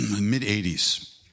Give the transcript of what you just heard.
mid-80s